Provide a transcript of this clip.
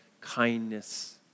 kindness